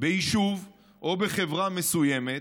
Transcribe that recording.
ביישוב או בחברה מסוימת,